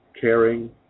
caring